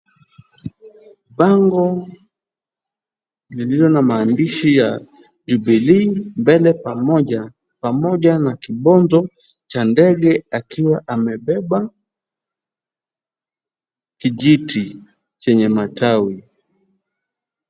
Bango lililo na maandishi ya, Jubilee Mbele Pamoja, pamoja na kibonto cha ndege akiwa amebeba kijiti chenye matawi.